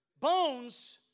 bones